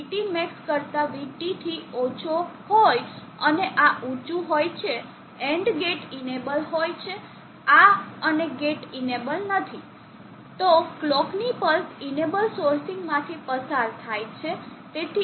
તેથી જ્યારે VTmax કરતા VT થી ઓછો હોય અને આ ઉચું હોય છે AND ગેટ ઇનેબલ હોય છે આ અને ગેટ ઇનેબલ નથી તો કલોકની પલ્સ ઇનેબલ સોર્સિંગ માંથી પસાર થાય છે